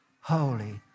Holy